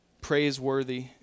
Praiseworthy